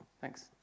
thanks